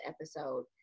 episode